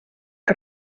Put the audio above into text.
que